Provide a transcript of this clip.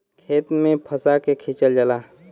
खेत में फंसा के खिंचल जाला